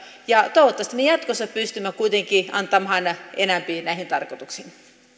asioista toivottavasti me jatkossa pystymme kuitenkin antamaan enempi näihin tarkoituksiin